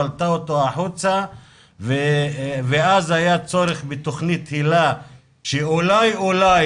פלטה אותו החוצה ואז היה צורך בתוכנית היל"ה שאולי אולי,